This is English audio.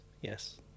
yes